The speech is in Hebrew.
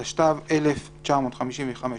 התשט"ו-1955,